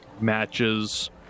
matches